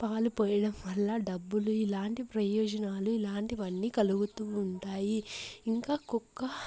పాలు పోయడం వల్ల డబ్బులు ఇలాంటి ప్రయోజనాలు ఇలాంటివన్నీ కలుగుతూ ఉంటాయి ఇంకా కుక్క